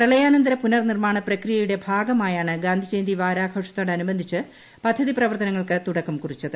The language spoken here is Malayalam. പ്രളയാനന്തര പുനർനിർമാണ പ്രക്രിയയുടെ ഭാഗമായാണ് ഗാന്ധിജയന്തി വാരാഘോഷത്തോടനുബന്ധിച്ച് പദ്ധതി പ്രവർത്തനങ്ങൾക്ക് തുടക്കം കുറിച്ചത്